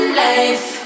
life